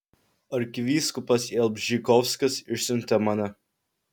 arkivyskupas jalbžykovskis išsiuntė mane